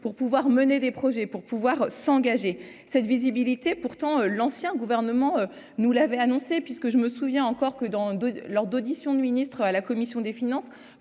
pour pouvoir mener des projets pour pouvoir s'engager cette visibilité pourtant l'ancien gouvernement nous l'avait annoncé, puisque je me souviens encore que dans deux lors d'audition du ministre à la commission des finances